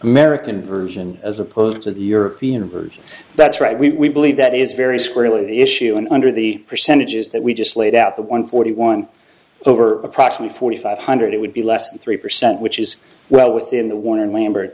american version as opposed to the european version that's right we believe that is very squarely the issue and under the percentages that we just laid out the one forty one over approximate forty five hundred it would be less than three percent which is well within the one lambert